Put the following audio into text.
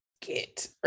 get